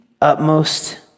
utmost